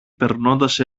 περνώντας